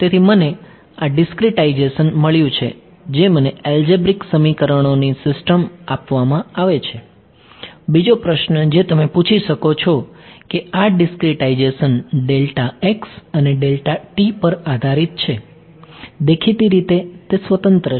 તેથી મને આ ડીસ્ક્રીટાઇઝેશન મળ્યું છે જે મને એલ્જેબ્રિક સમીકરણોની સિસ્ટમ આપવામાં આવે છે બીજો પ્રશ્ન જે તમે પૂછી શકો છો કે આ ડીસ્ક્રીટાઇઝેશન ડેલ્ટા x અને ડેલ્ટા t પર આધારિત છે દેખીતી રીતે તે સ્વતંત્ર છે